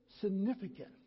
significant